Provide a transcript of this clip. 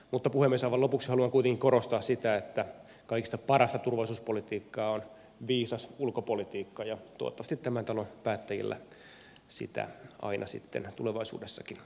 mutta puhemies aivan lopuksi haluan kuitenkin korostaa sitä että kaikista parasta turvallisuuspolitiikkaa on viisas ulkopolitiikka ja toivottavasti tämän talon päättäjillä sitä aina sitten tulevaisuudessakin löytyy